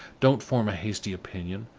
don't form a hasty opinion!